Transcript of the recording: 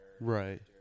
right